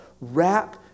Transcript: wrap